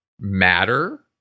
matter